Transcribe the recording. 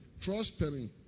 prospering